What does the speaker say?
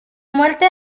muerte